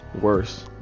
worse